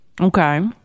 Okay